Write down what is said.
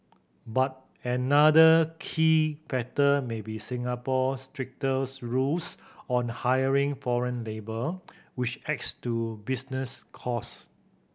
but another key factor may be Singapore's stricter's rules on hiring foreign labour which adds to business costs